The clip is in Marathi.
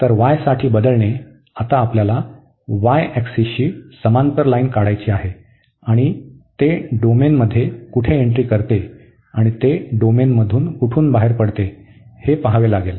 तर y साठी बदलणे आता आपल्याला y ऍक्सिसशी समांतर लाईन काढायची आहे आणि ते डोमेनमध्ये कुठे एंट्री करते आणि ते डोमेनमधून कुठून बाहेर पडते हे पहावे लागेल